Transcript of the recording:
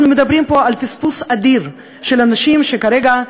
אנחנו מדברים פה על פספוס אדיר של אנשים שכרגע,